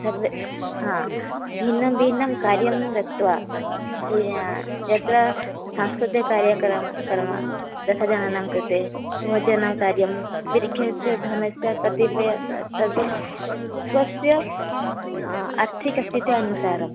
सर्वे भिन्नं भिन्नं कार्यं दत्वा यत्र सांस्कृतिककार्यक्रम क्रम दशजनानां कृते भोजनं कार्यं विग्रहस्य धनस्य कतिपय स्वस्य आर्थिकस्थित्यनुसारं